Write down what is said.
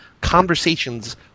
conversations